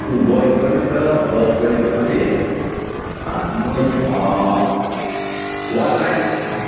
boys पनि छ girls पनि छ कि अनि वान नाइट